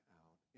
out